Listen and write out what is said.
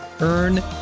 Earn